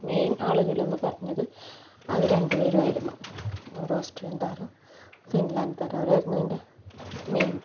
main ആളുകളെന്ന് പറഞ്ഞത് അവര് രണ്ട് പേരുമായിരുന്നു ഒരു ഓസ്ട്രീയൻ താരവും ഫിൻലാൻഡ് താരവും അവരായിരുന്നു അതിൻ്റെ മെയിൻ